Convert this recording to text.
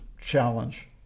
challenge